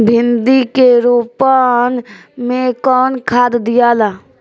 भिंदी के रोपन मे कौन खाद दियाला?